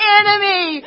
enemy